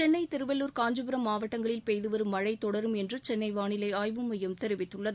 சென்னை திருவள்ளூர் காஞ்சிபுரம் மாவட்டங்களில் பெய்துவரும் மழை தொடரும் என்று சென்னை வானிலை ஆய்வு மையம் தெரிவித்துள்ளது